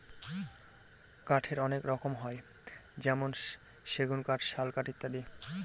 কাঠের অনেক রকম হয় যেমন সেগুন কাঠ, শাল কাঠ ইত্যাদি